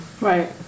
Right